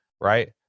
right